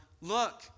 look